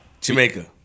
Jamaica